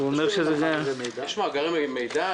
יש מאגרי מידע,